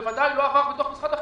בוודאי לא מתוך משרד החינוך.